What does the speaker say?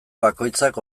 bakoitzak